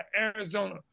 Arizona